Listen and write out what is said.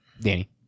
Danny